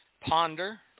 ponder